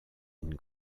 une